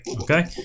Okay